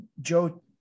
joe